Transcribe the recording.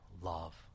love